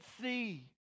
see